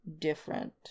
different